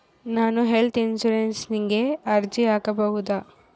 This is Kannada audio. ನಾನು ಹೆಲ್ತ್ ಇನ್ಶೂರೆನ್ಸಿಗೆ ಅರ್ಜಿ ಹಾಕಬಹುದಾ?